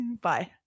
Bye